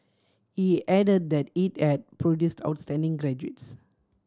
he add that it had produced outstanding graduates